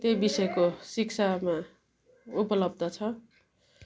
त्यही विषयको शिक्षामा उपलब्ध छ